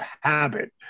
habit